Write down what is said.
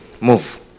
move